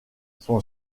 son